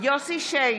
יוסף שיין,